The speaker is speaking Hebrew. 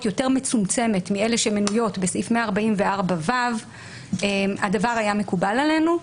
יותר מצומצמת מאלה שמנויות בסעיף 144ו הדבר היה מקובל עלינו,